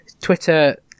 Twitter